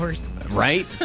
Right